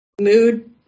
Mood